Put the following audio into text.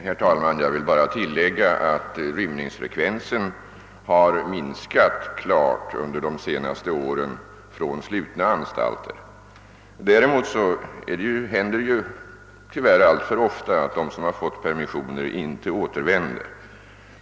Herr talman! Jag vill bara tillägga att rymningsfrekvensen från slutna anstalter har minskat klart under de senaste åren. Däremot händer det tyvärr alltför ofta att de som fått permission inte återvänder.